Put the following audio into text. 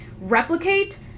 replicate